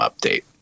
update